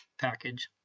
package